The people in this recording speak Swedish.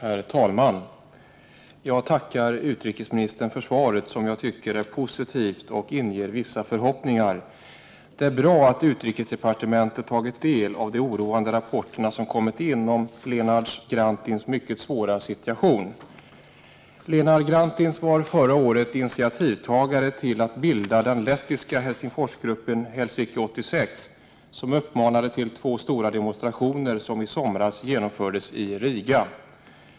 Herr talman! Jag tackar utrikesministern för svaret, som jag tycker är positivt och inger vissa förhoppningar. Det är bra att utrikesdepartementet tagit del av de oroande rapporterna som kommit om Linards Grantins mycket svåra situation. Linards Grantins var förra året initiativtagare till bildandet av den lettiska Helgingforsgruppen ”Helsinki-86” som uppmanade till två stora demonstrationer som i somras genomfördes i Riga.